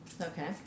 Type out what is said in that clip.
Okay